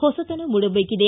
ಹೊಸತನ ಮೂಡಬೇಕಿದೆ